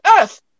earth